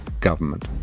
government